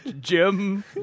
Jim